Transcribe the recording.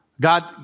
God